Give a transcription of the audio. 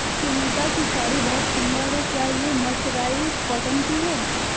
सुनीता की साड़ी बहुत सुंदर है, क्या ये मर्सराइज्ड कॉटन की है?